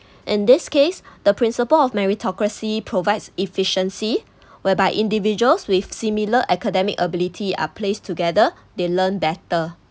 in this case the principle of meritocracy provides efficiency whereby individuals with similar academic ability are placed together they learn better